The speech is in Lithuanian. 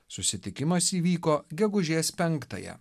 susitikimas įvyko gegužės penktąją